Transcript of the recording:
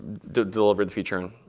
did deliver the feature. and